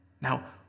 Now